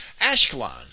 Ashkelon